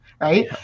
right